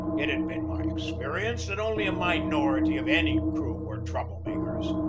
it had been my experience that only a minority of any crew were trouble-makers.